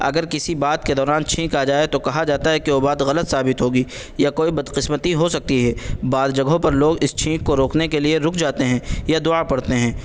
اگر کسی بات کے دوران چھینک آ جائے تو کہا جاتا ہے کہ وہ بات غلط ثابت ہوگی یا کوئی بدقسمتی ہو سکتی ہے بعض جگہوں پر لوگ اس چھینک کو روکنے کے لیے رک جاتے ہیں یا دعا پڑھتے ہیں